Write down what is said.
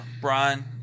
Brian